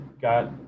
got